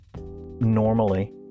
normally